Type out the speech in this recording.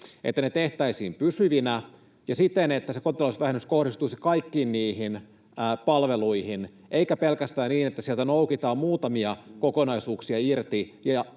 että ne tehtäisiin pysyvinä ja siten, että se kotitalousvähennys kohdistuisi kaikkiin niihin palveluihin, eikä pelkästään niin, että sieltä noukitaan muutamia kokonaisuuksia irti